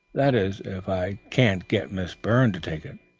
that is, if i can't get miss byrne to take it,